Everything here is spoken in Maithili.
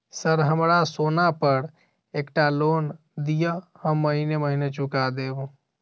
सर हमरा सोना पर एकटा लोन दिऽ हम महीने महीने चुका देब?